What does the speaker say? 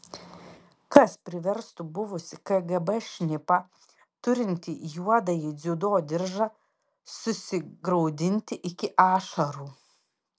kas priverstų buvusį kgb šnipą turintį juodąjį dziudo diržą susigraudinti iki ašarų